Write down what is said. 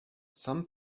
some